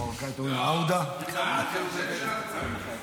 את השם שלך כולם יודעים.